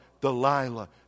Delilah